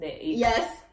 Yes